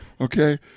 okay